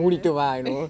ya